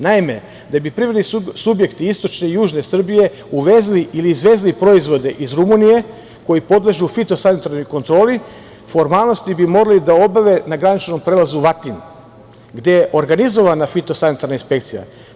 Naime, da bi privredni subjekti istočne i južne Srbije uvezli ili izvezli proizvode iz Rumunije koji podležu fitosanitarnoj kontroli, formalnosti bi morali da obave na graničnom prelazu Vatin, gde je organizovana fitosanitarna inspekcija.